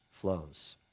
flows